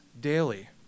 daily